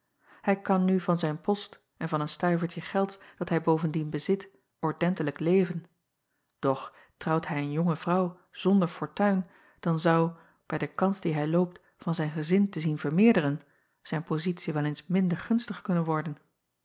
ij kan nu van zijn post en van een stuivertje gelds dat hij bovendien bezit ordentelijk leven doch trouwt hij een jonge vrouw zonder fortuin dan zou bij de kans die hij loopt van zijn gezin te zien vermeerderen zijn pozitie wel eens minder gunstig kunnen worden